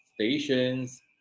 stations